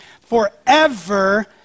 forever